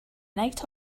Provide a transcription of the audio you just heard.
night